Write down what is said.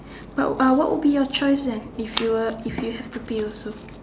but uh what would be your choice then if you were if you have to pay also